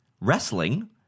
wrestling